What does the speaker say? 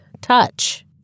touch